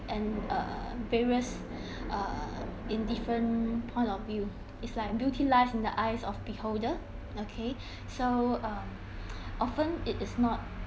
and err various err in different point of view it's like beauty lies in the eyes of beholder okay so um often it is not